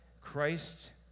Christ